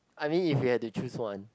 I mean if you have to choose one